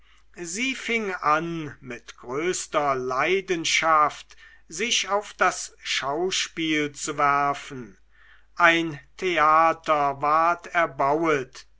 sie fing an mit größter leidenschaft sich auf das schauspiel zu werfen ein theater ward erbaut